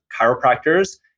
chiropractors